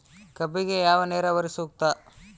ಕಬ್ಬಿಗೆ ಯಾವ ನೇರಾವರಿ ಸೂಕ್ತ?